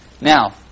Now